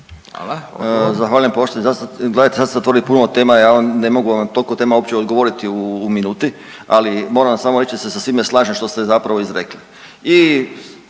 Hvala.